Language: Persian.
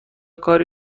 کاری